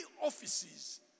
offices